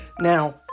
Now